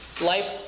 Life